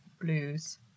blues